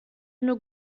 nur